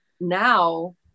now